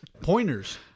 Pointers